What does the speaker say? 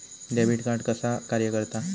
Debit card कसा कार्य करता?